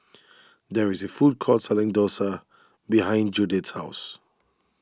there is a food court selling Dosa behind Judyth's house